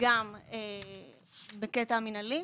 גם בקטע המינהלי,